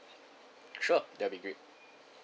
sure that'll be great